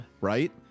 Right